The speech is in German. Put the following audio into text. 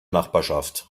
nachbarschaft